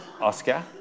Oscar